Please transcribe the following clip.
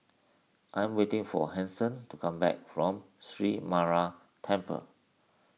I'm waiting for Hanson to come back from Sree Temple